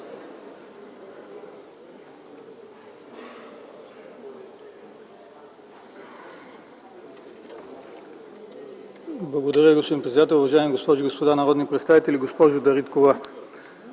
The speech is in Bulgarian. Благодаря, господин председател. Уважаеми госпожи и господа народни представители, госпожо Дариткова!